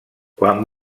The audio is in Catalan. quan